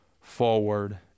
forward